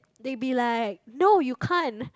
they'll be like no you can't